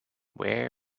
where